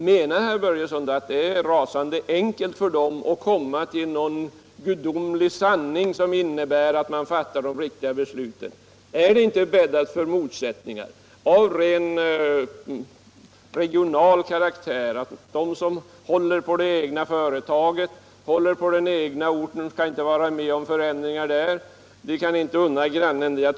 Menar herr Börjesson att det är rasande enkelt för dem att komma till en gudomlig sanning som innebär att de fattar de riktiga besluten? Är det inte bäddat här för motsättningar av rent regional karaktär? Man håller på det egna företaget och den egna orten. Man vill inte vara med om förändringar där, och man kan inte unna grannen en utökning.